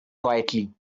quietly